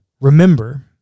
Remember